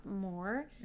more